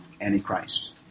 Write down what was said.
antichrist